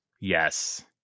Yes